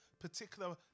particular